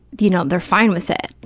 you know, they're fine with it,